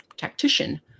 tactician